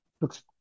Looks